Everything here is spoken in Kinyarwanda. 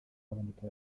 kaboneka